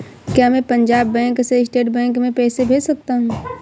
क्या मैं पंजाब बैंक से स्टेट बैंक में पैसे भेज सकता हूँ?